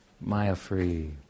Maya-free